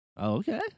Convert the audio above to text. Okay